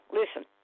listen